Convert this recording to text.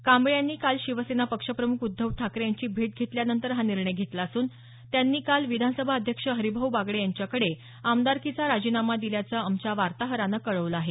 कांबळे यांनी काल शिवसेना पक्ष प्रमुख उद्धव ठाकरे यांनी भेट घेतल्यानंतर हा निर्णय घेतला असून त्यांनी काल विधानसभा अध्यक्ष हरीभाऊ बागडे यांच्याकडे आमदारकीचा राजीनामा दिल्याचं आमच्या वार्ताहरानं कळवलं आहे